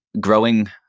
growing